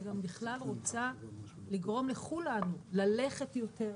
אני גם בכלל רוצה לגרום לכולנו ללכת יותר,